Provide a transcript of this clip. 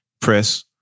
press